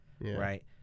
Right